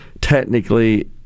technically